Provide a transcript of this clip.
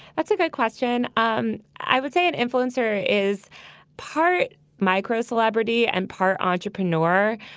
that's a good question. um i would say an influencer is part micro celebrity and part entrepreneur.